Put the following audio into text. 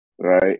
right